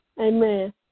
Amen